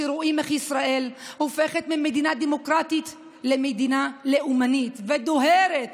שרואים איך ישראל הופכת ממדינה דמוקרטית למדינה לאומנית ודוהרת